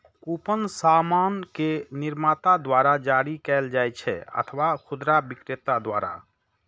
coupon सामान के निर्माता द्वारा जारी कैल जाइ छै अथवा खुदरा बिक्रेता द्वारा